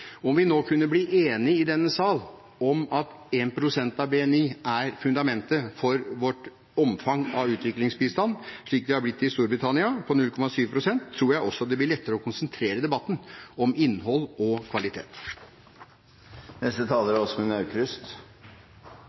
Om vi nå kunne bli enige i denne sal om at 1 pst. av BNI er fundamentet for vårt omfang av utviklingsbistand, slik det har blitt i Storbritannia på 0,7 pst., tror jeg det også blir lettere å konsentrere debatten om innhold og kvalitet.